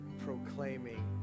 proclaiming